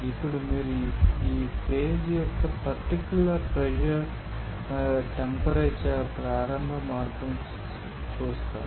ఇప్పుడు మీరు ఈ ఫేజ్ యొక్క పర్టికులర్ ప్రెషర్ మరియు టెంపరేచర్ ప్రారంభ మార్పును చూస్తారు